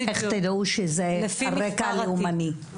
איך תדעו שזה על רקע לאומני.